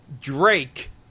Drake